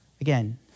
Again